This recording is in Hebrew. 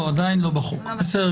עדיין לא בחוק.